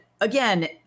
again